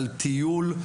על טיול,